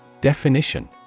Definition